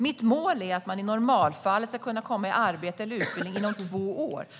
Mitt mål är att man i normalfallet ska kunna komma i arbete eller i utbildning inom två år.